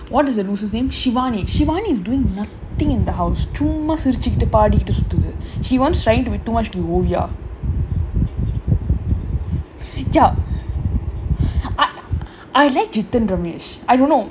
what is that looser's name shivani shivani is doing thing in the house சும்மா சிரிச்சுகிட்டு பாடிகிட்டு சுத்துது:summaa sirichukittu padikittu suthuthu she wants trying too much to oviya ya I like jithan ramesh I don't know